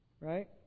Right